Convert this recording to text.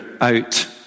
out